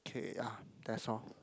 K ah that's all